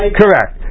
correct